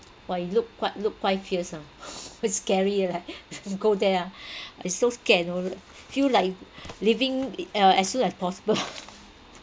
!wah! he looked quite looked quite fierce ah very scary like go there ah it's so scared you know like feel like leaving it uh as soon as possible